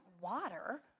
water